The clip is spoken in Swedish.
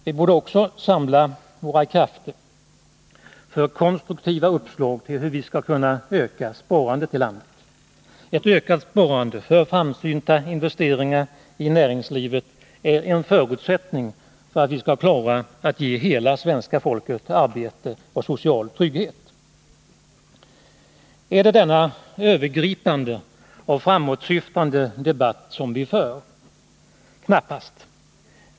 Vi borde också samla våra krafter för konstruktiva uppslag till hur vi skall kunna öka sparandet i landet. Ett ökat sparande för framsynta investeringar i näringslivet är en förutsättning för att vi skall klara av att ge hela svenska folket arbete och social trygghet. Är det denna övergripande och framåtsyftande debatt som vi för? Knappast!